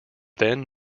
then